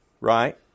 right